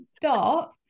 Stop